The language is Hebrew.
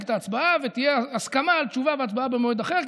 את ההצעה ותהיה הסכמה על תשובה והצבעה במועד אחר,